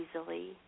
easily